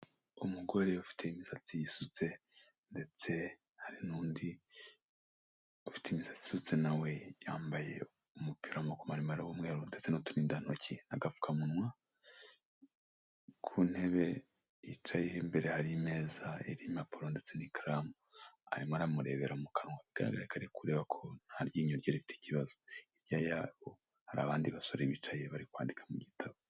Umugore ufite imisatsi isutse ndetse hari n'undi ufite imisatsi isutse na we, yambaye umupira w'amaboko maremare w'umweru ndetse n'uturindantoki n'agapfukamunwa, ku ntebe yicayeho imbere hari imeza iriho impapuro ndetse n'ikaramu. Arimo aramurebera mu kanwa. Bigaragare ko ari kureba ko nta ryinyo ryari rifite ikibazo. Hirya yabo hari abandi basore bicaye bari kwandika mu gitabo.